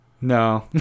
No